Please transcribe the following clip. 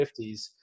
50s